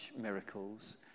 miracles